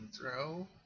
throw